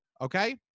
Okay